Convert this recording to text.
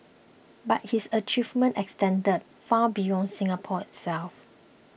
but his achievement extended far beyond Singapore itself